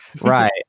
Right